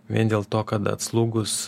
vien dėl to kad atslūgus